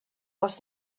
was